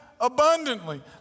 abundantly